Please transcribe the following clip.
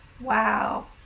wow